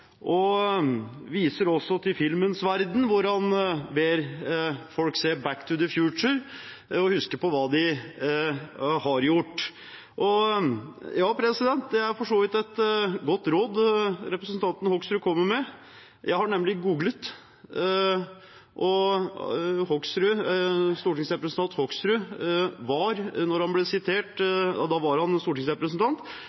viser også til filmens verden, hvor han ber folk se «Back to the Future» og huske på hva de har gjort. Det er for så vidt et godt råd representanten Hoksrud kommer med. Jeg har nemlig googlet, og Hoksrud var, da han ble sitert,